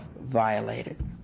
violated